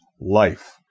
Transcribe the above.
life